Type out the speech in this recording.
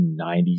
1990s